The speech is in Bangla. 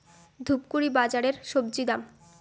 ধূপগুড়ি বাজারের স্বজি দাম?